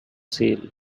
sale